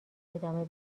ادامه